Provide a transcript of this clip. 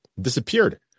disappeared